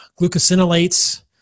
glucosinolates